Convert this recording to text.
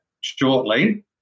shortly